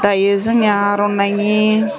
दायो जोंनिया आर'नाइनि